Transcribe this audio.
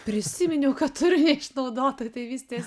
prisiminiau kad turiu neišnaudotų tėvystės